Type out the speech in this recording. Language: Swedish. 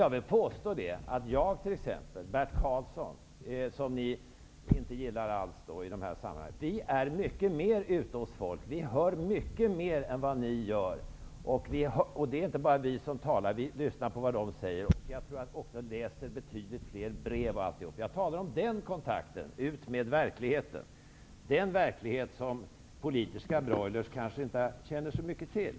Jag vill påstå att jag och t.ex. Bert Karlsson, som ni inte gillar alls, är mycket mer ute hos folk. Vi hör mycket mer än vad ni gör. Det är inte bara vi som talar, utan vi lyssnar på vad folk säger. Jag tror att vi också läser betydligt fler brev. Jag talar om kontakten med verkligheten, den verklighet som politiska broilers kanske inte känner så mycket till.